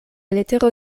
letero